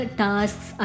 tasks